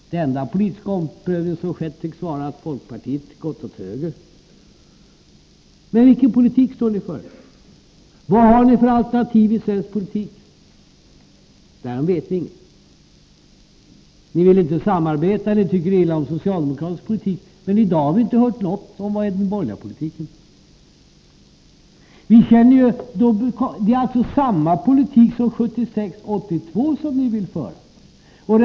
Den enda politiska omprövning som skett tycks vara att folkpartiet gått åt höger. Men vilken politik står ni för? Vad har ni för alternativ i svensk politik? Därom vet vi inget. Ni vill inte samarbeta, och ni tycker illa om socialdemokratisk politik. Men i dag har vi inte hört något om vad som är borgerlig politik. Ni vill alltså föra samma politik som ni förde 1976 och 1982.